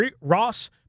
Ross